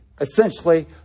essentially